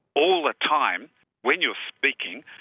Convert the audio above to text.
all the time when you're speaking,